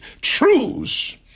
truths